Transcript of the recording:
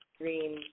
Dream